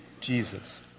Jesus